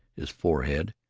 his forehead,